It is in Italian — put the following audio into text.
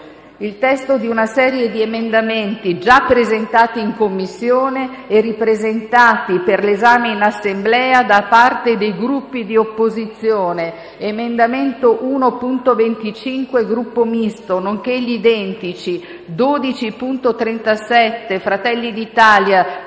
il testo di una serie di emendamenti, già presentati in Commissione e ripresentati per l'esame in Assemblea da parte dei Gruppi di opposizione: 1.25 (Gruppo Misto), nonché gli identici 12.37 (Fratelli d'Italia),